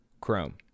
Chrome